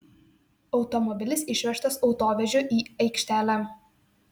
automobilis išvežtas autovežiu į aikštelę